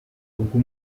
ubwo